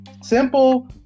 simple